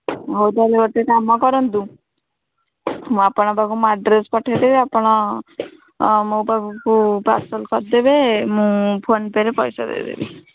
ହଉ ତା'ହେଲେ ଗୋଟେ କାମ କରନ୍ତୁ ମୁଁ ଆପଣଙ୍କ ପାଖକୁ ମୋ ଆଡ଼୍ରେସ୍ ପଠାଇଦେବି ଆପଣ ମୋ ପାଖକୁ ପାର୍ସଲ୍ କରିଦେବେ ମୁଁ ଫୋନ୍ପେ'ରେ ପଇସା ଦେଇଦେବି